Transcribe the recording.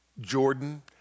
Jordan